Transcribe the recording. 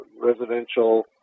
residential